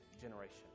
generation